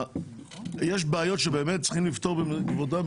יש בעיות באמת צריכים לפתור - כבודה,